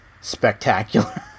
spectacular